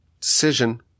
decision